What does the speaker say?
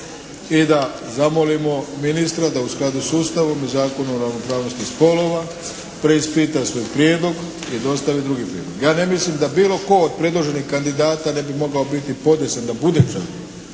i da zamolimo ministra da u skladu sa s Ustavom i Zakonom o ravnopravnosti spolova preispita svoj prijedlog i dostavi drugi prijedlog. Ja ne mislim da bilo tko od predloženih kandidata ne bi mogao biti podesan da bude član